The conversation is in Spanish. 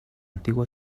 antigua